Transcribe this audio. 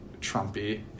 Trumpy